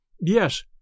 Yes